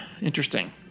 Interesting